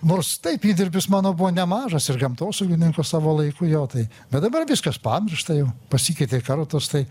nors taip įdirbis mano buvo nemažas ir gamtosaugininko savo laiku jo tai bet dabar viskas pamiršta jau pasikeitė kartos tai